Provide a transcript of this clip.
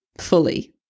fully